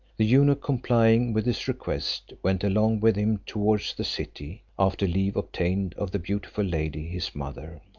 the eunuch complying with his request, went along with him towards the city, after leave obtained of the beautiful lady his mother.